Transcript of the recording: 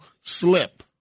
slip